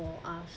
for us